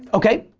okay.